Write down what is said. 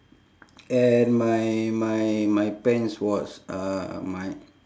and my my my pants was uh my